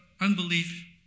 unbelief